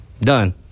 Done